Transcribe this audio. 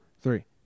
three